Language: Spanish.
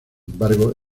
embargo